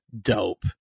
dope